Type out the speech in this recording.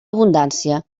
abundància